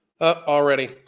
Already